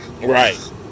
Right